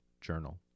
Journal